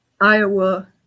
Iowa